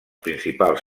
principals